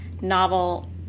novel